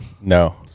No